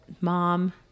mom